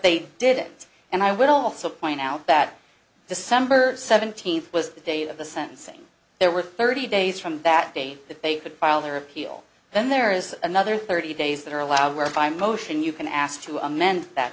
did it and i would also point out that december seventeenth was the day of the sentencing there were thirty days from that day that they could file their appeal then there is another thirty days that are allowed whereby motion you can ask to amend that